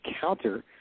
counter